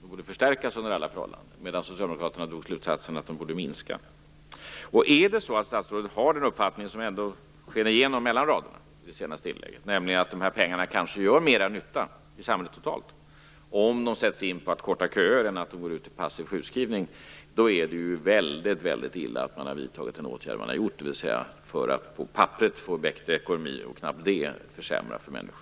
Anslagen borde under alla förhållanden förstärkas. Socialdemokraterna drog slutsatsen att de borde minska. Om statsrådet har den uppfattning som lyste igenom mellan raderna i det senaste inlägget - nämligen att dessa pengar kanske gör mera nytta för samhället totalt sett om de används för att minska köerna än om de används för passiv sjukskrivning - är det väldigt illa att man har vidtagit den åtgärd som man har gjort. För att man på papperet skall få bättre ekonomi - och knappt det - har man alltså försämrat för människor.